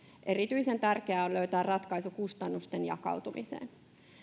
erityisen tärkeää on löytää ratkaisu kustannusten jakautumiseen